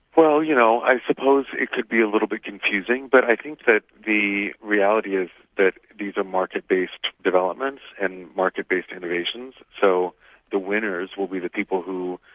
well you know, i suppose it could be a little bit confusing, but i think that the reality is that these are market-based developments, and market-based innovations, so the winners will be the people who,